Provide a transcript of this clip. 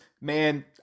man